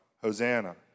Hosanna